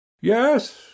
Yes